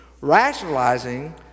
rationalizing